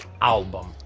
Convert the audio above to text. album